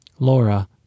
Laura